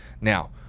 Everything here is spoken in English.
Now